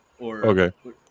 Okay